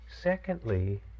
Secondly